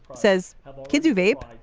says kids who vape.